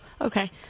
Okay